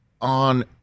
on